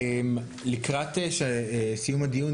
לקראת סיום הדיון,